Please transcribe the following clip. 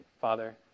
Father